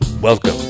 Welcome